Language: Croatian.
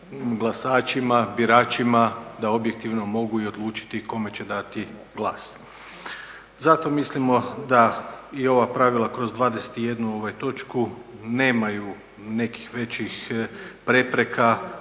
glasaćima, biračima da objektivno mogu i odlučiti kome će dati glas. Zato mislimo da i ova pravila kroz 21 točku nemaju nekih većih prepreka,